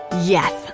Yes